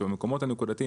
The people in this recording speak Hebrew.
שבמקומות הנקודתיים,